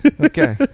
Okay